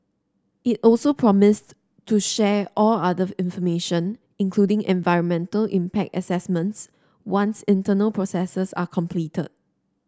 it also promised to share all other information including environmental impact assessments once internal processes are completed